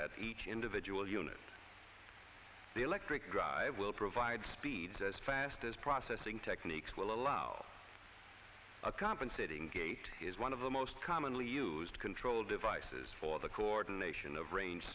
at each individual unit the electric drive will provide speeds as fast as processing techniques will allow a compensating gait is one of the most commonly used control devices for the coordination of range